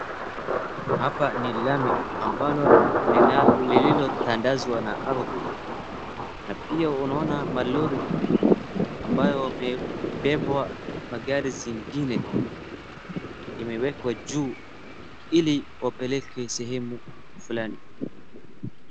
Hapa ni lami ambalo lililotandazwa na ardhi na pia unaona malori ambayo amebebwa magari zingine imewekwa juu ili wapelekwe sehemu fulani.